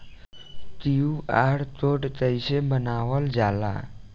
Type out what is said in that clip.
QR code कइसे बनवाल जाला?